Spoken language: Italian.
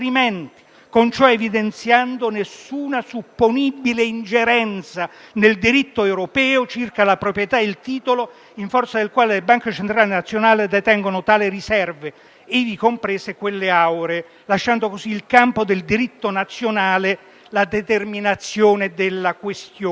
con ciò evidenziando nessuna supponibile ingerenza nel diritto europeo circa la proprietà e il titolo in forza del quale le banche centrali nazionali detengono tali riserve, ivi comprese quelle auree, lasciando così al campo del diritto nazionale la determinazione della questione.